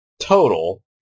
total